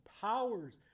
powers